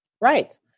Right